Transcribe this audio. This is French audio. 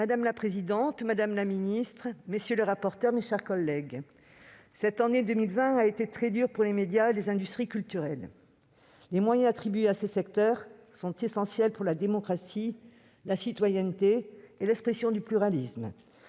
Madame la présidente, madame la ministre, madame, messieurs les rapporteurs, mes chers collègues, cette année 2020 a été très dure pour les médias et les industries culturelles. Les moyens attribués à ces secteurs sont essentiels pour la démocratie, la citoyenneté et l'expression du pluralisme,